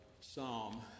psalm